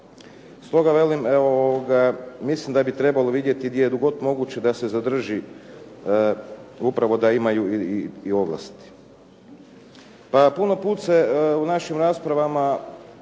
Stoga velim, evo mislim da bi trebalo vidjeti di je god moguće da se zadrži upravo da imaju i ovlasti. Puno put se u našim raspravama,